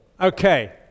Okay